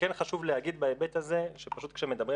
כן חשוב להגיד בהיבט הזה שפשוט כשמדברים